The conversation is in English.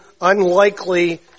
unlikely